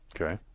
Okay